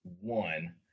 one